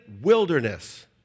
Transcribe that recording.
wilderness